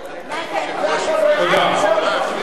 לא יכול להיות דבר כזה.